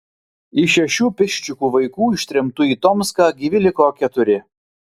iš šešių piščikų vaikų ištremtų į tomską gyvi liko keturi